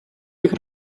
bych